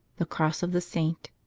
the cross of the saint